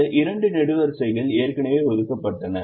இந்த 2 நெடுவரிசைகள் ஏற்கனவே ஒதுக்கப்பட்டன